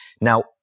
Now